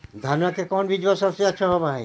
धनमा के कौन बिजबा सबसे अच्छा होव है?